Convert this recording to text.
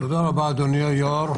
תודה רבה, אדוני היושב-ראש.